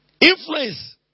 influence